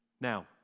Now